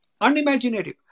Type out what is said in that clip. unimaginative